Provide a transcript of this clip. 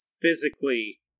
physically